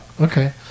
Okay